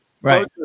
right